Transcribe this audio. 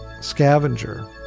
scavenger